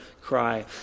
cry